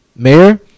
mayor